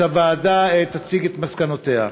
שהוועדה תציג את מסקנותיה?